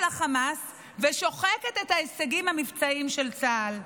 חמאס ושוחקת את ההישגים המבצעיים של צה"ל.